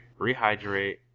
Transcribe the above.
rehydrate